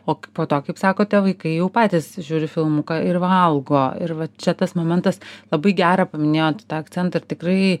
o po to kaip sakote vaikai jau patys žiūri filmuką ir valgo ir va čia tas momentas labai gera paminėjot tą akcentą ir tikrai